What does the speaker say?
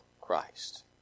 Christ